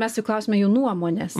mes jų klausiame jų nuomonės